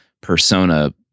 persona